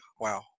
Wow